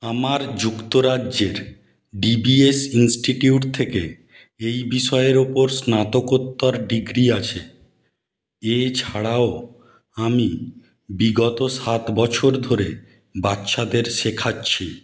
আমার যুক্তরাজ্যের DBS institute থেকে এই বিষয়ের ওপর স্নাতকোত্তর ডিগ্রি আছে এছাড়াও আমি বিগত সাত বছর ধরে বাচ্চাদের শেখাচ্ছি